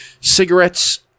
cigarettes